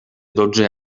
dotze